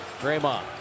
Draymond